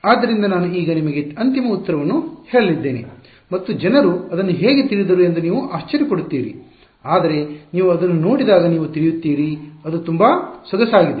ಆದ್ದರಿಂದ ನಾನು ಈಗ ನಿಮಗೆ ಅಂತಿಮ ಉತ್ತರವನ್ನು ಹೇಳಲಿದ್ದೇನೆ ಮತ್ತು ಜನರು ಅದನ್ನು ಹೇಗೆ ತಿಳಿದರು ಎಂದು ನೀವು ಆಶ್ಚರ್ಯ ಪಡುತ್ತೀರಿ ಆದರೆ ನೀವು ಅದನ್ನು ನೋಡಿದಾಗ ನೀವು ತಿಳಿಯುತ್ತೀರಿ ಅದು ತುಂಬಾ ಸೊಗಸಾಗಿದೆ